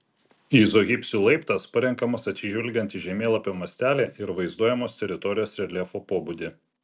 izohipsių laiptas parenkamas atsižvelgiant į žemėlapio mastelį ir vaizduojamos teritorijos reljefo pobūdį